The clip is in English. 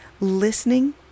listening